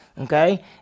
Okay